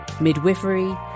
midwifery